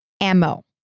ammo